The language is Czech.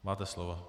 Máte slovo.